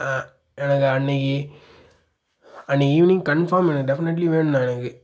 ஆ எனக்கு அன்றைக்கி அன்றைக்கி ஈவ்னிங் கன்ஃபார்ம் எனக்கு டெஃபனட்லி வேணுண்ண எனக்கு